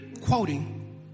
quoting